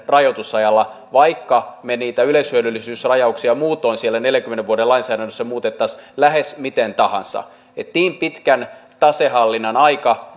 rajoitusajalla vaikka me niitä yleishyödyllisyysrajauksia muutoin siellä neljänkymmenen vuoden lainsäädännössä muuttaisimme lähes miten tahansa niin pitkän tasehallinnan aika